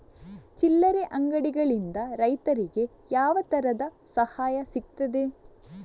ಚಿಲ್ಲರೆ ಅಂಗಡಿಗಳಿಂದ ರೈತರಿಗೆ ಯಾವ ತರದ ಸಹಾಯ ಸಿಗ್ತದೆ?